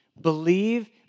Believe